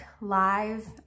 Live